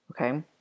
Okay